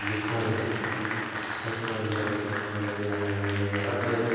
विस्मरण संस्मरण गर्छन् र यसलाई यहाँ ल्याएर अझै